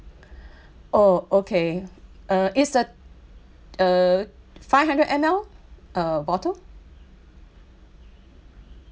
oh okay uh it's a uh five hundred M_L uh bottle